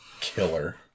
killer